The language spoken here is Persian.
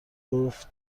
گفت